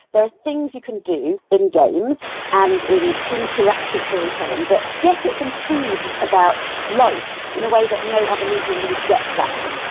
there are things you can do in games and in interactive storytelling that get at some truths about life in a way that no other medium really gets at them.